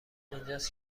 اینجاست